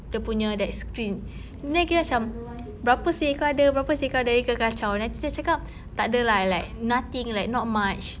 dia punya that screen then kita macam berapa seh kau ada berapa seh kau ada then aqilah cakap tak ada lah like nothing like not much